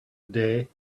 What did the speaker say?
day